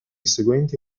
seguenti